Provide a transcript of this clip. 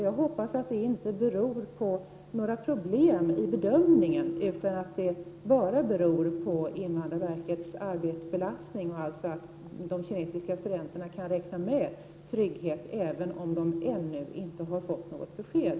Jag hoppas att det inte beror på några problem i bedömningen, utan att det bara beror på invandrarverkets arbetsbelastning, och att de kinesiska studenterna kan räkna med trygghet, även om de ännu inte har fått besked.